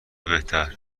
بهتر